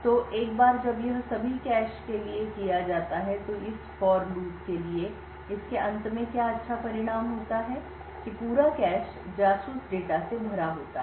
तो एक बार जब यह सभी कैश के लिए किया जाता है तो इस फॉर लूप के लिए इसके अंत में क्या अच्छा परिणाम होता है कि पूरा कैश जासूस डेटा से भरा होता है